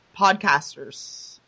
podcasters